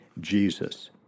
Jesus